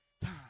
time